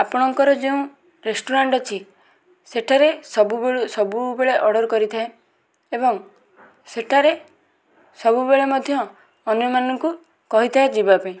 ଆପଣଙ୍କର ଯେଉଁ ରେଷ୍ଟୁରାଣ୍ଟ୍ ଅଛି ସେଠାରେ ସବୁବେଳେ ଅର୍ଡ଼ର୍ କରିଥାଏ ଏବଂ ସେଠାରେ ସବୁବେଳେ ମଧ୍ୟ ଅନ୍ୟମାନଙ୍କୁ କହିଥାଏ ଯିବା ପାଇଁ